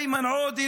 איימן עודה,